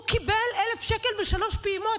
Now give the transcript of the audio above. הוא קיבל 1,000 שקל בשלוש פעימות,